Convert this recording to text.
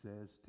says